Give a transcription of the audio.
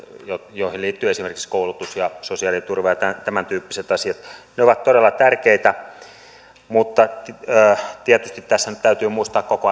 joihin liittyvät esimerkiksi koulutus sosiaaliturva ja tämän tyyppiset asiat ne ovat todella tärkeitä mutta tietysti tässä nyt täytyy muistaa koko